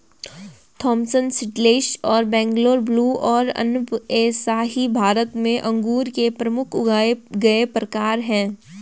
Thompson seedless और Bangalore blue और अनब ए शाही भारत में अंगूर के प्रमुख उगाए गए प्रकार हैं